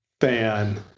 fan